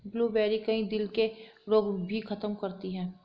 blueberry, कई दिल के रोग भी खत्म करती है